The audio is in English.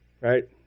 Right